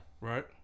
Right